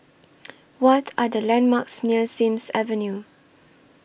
What Are The landmarks near Sims Avenue